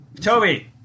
Toby